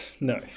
No